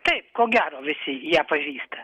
taip ko gero visi ją pažįsta